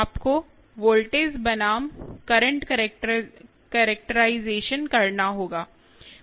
आपको वोल्टेज बनाम current characterisation करना होगा